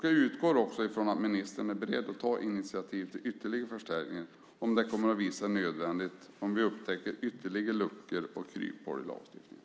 Jag utgår också från att ministern är beredd att ta initiativ till ytterligare förstärkningar om det visar sig nödvändigt genom att vi upptäcker fler luckor och kryphål i lagstiftningen.